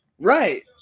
Right